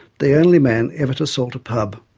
the only man ever to salt a pub.